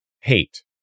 hate